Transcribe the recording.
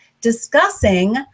discussing